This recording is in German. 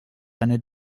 eine